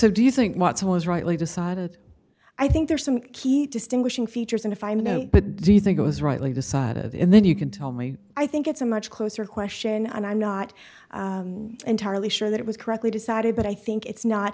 so do you think watson has rightly decided i think there are some key distinguishing features and if i may know but do you think it was rightly decided in then you can tell me i think it's a much closer question and i'm not entirely sure that it was correctly decided but i think it's not